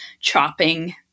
chopping